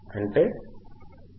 అంటే మనకు ఇక్కడ కెపాసిటర్ ఉంది